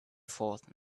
forth